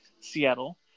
Seattle